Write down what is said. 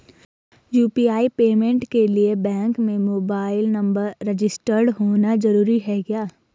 UPI payment के लिए bank में मोबाइल नंबर रजिस्टर्ड होना जरूरी है क्या?